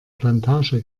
plantage